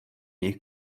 jejich